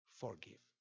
forgive